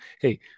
Hey